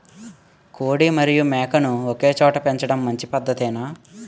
కోడి మరియు మేక ను ఒకేచోట పెంచడం మంచి పద్ధతేనా?